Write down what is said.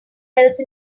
else